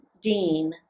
dean